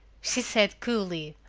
she said coolly.